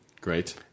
Great